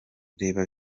reba